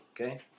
okay